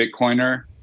Bitcoiner